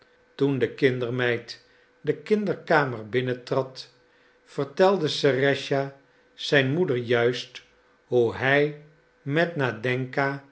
toen de kindermeid de kinderkamer binnentrad vertelde serëscha zijn moeder juist hoe hij met nadenka